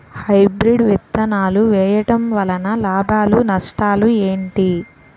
Hybrid విత్తనాలు వేయటం వలన లాభాలు నష్టాలు ఏంటి?